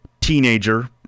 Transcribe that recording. teenager